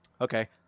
Okay